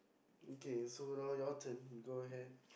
okay so now your turn go ahead